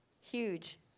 huge